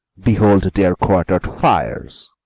behold their quarter'd fires,